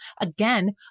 Again